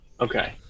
Okay